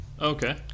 Okay